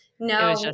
No